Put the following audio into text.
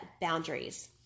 boundaries